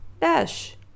Dash